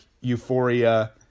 euphoria